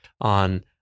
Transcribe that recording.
on